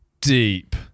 Deep